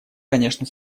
конечно